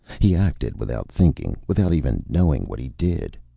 he acted without thinking, without even knowing what he did.